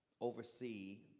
oversee